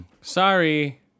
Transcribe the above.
Sorry